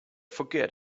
forget